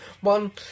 one